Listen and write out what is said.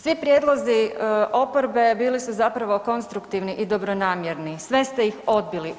Svi prijedlozi oporbe bili su zapravo konstruktivni i dobronamjerni, sve ste ih odbili.